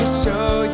show